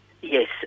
Yes